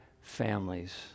families